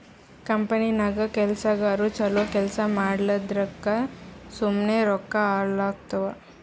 ಕಂಪನಿನಾಗ್ ಕೆಲ್ಸಗಾರು ಛಲೋ ಕೆಲ್ಸಾ ಮಾಡ್ಲಾರ್ದುಕ್ ಸುಮ್ಮೆ ರೊಕ್ಕಾ ಹಾಳಾತ್ತುವ್